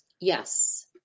Yes